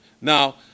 Now